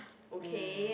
okay